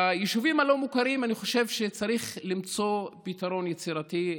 ביישובים הלא-מוכרים אני חושב שצריך למצוא פתרון יצירתי,